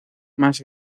más